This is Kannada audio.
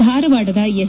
ಧಾರವಾಡದ ಎಸ್